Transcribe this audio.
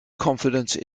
confidence